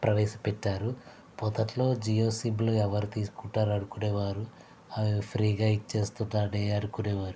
ప్రవేశపెట్టారు మొదట్లో జియో సిమ్లు ఎవరు తీసుకుంటారు అనుకునేవారు అవి ఫ్రీ గా ఇచ్చేస్తున్నారు అని అనుకునేవారు